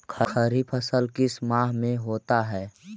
खरिफ फसल किस माह में होता है?